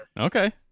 Okay